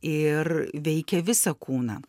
ir veikia visą kūną